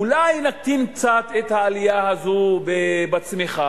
אולי נקטין קצת את העלייה הזו בצמיחה